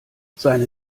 seine